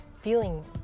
feeling